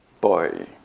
boy